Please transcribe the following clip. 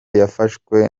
yafashwe